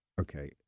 Okay